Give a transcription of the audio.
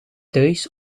ruis